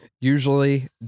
usually